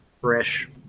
fresh